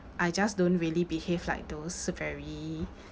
I just don't really behave like those very